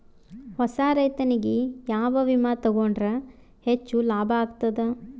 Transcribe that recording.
ಹೊಸಾ ರೈತನಿಗೆ ಯಾವ ವಿಮಾ ತೊಗೊಂಡರ ಹೆಚ್ಚು ಲಾಭ ಆಗತದ?